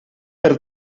per